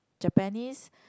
Japanese